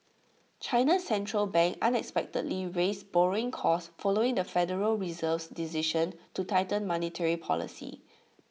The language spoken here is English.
China's Central Bank unexpectedly raised borrowing costs following the federal Reserve's decision to tighten monetary policy